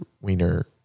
wiener